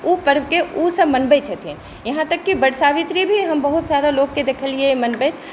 ओ पर्वके ओसब मनबै छथिन यहाँ तक कि वट सावित्री भी हम बहुत सारा लोकके देखलिए मनबैत